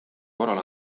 korral